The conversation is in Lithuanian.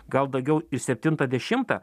gal daugiau į septintą dešimtą